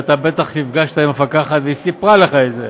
ואתה בטח נפגשת עם המפקחת והיא סיפרה לך את זה,